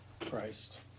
Christ